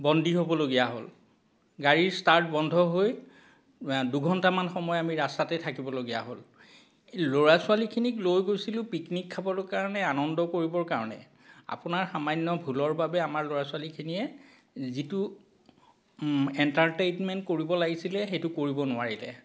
বন্দী হ'বলগীয়া হ'ল গাড়ীৰ ষ্টাৰ্ট বন্ধ হৈ দুঘণ্টামান সময় আমি ৰাস্তাতেই থাকিবলগীয়া হ'ল ল'ৰা ছোৱালীখিনিক লৈ গৈছিলোঁ পিকনিক খাবলৈ কাৰণে আনন্দ কৰিবৰ কাৰণে আপোনাৰ সামান্য ভুলৰ বাবে আমাৰ ল'ৰা ছোৱালীখিনিয়ে যিটো এন্টাৰটেইনমেইণ্ট কৰিব লাগিছিলে সেইটো কৰিব নোৱাৰিলে